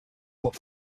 but